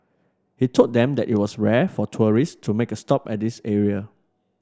he told them that it was rare for tourist to make a stop at this area